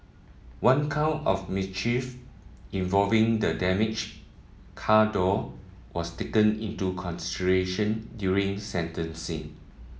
one count of mischief involving the damaged car door was taken into consideration during sentencing